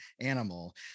animal